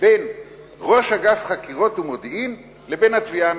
בין ראש אגף חקירות ומודיעין לבין התביעה המשטרתית?